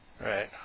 Right